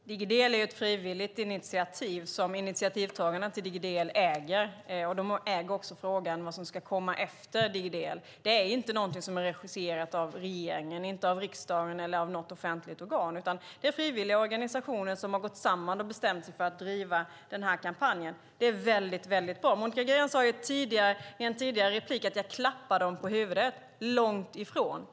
Fru talman! Digidel är ett frivilligt initiativ som initiativtagarna äger. De äger också frågan om vad som ska komma efter Digidel. Det är inte något som är regisserat av regeringen och inte heller av riksdagen eller av något offentligt organ, utan frivilliga organisationer har gått samman och bestämt sig för att driva den här kampanjen. Det är väldigt bra. Monica Green sade i ett tidigare inlägg att jag klappar dem på huvudet. Nej, långt ifrån!